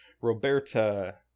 Roberta